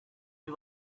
you